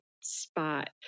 spot